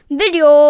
video